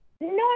no